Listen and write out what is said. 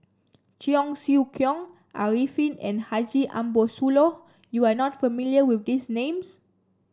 Cheong Siew Keong Arifin and Haji Ambo Sooloh you are not familiar with these names